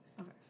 Okay